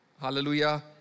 Hallelujah